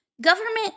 Government